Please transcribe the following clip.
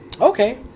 Okay